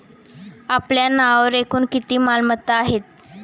आपल्या नावावर एकूण किती मालमत्ता आहेत?